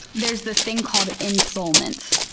there's this thing called ensoulment.